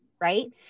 right